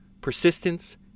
Persistence